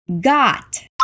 got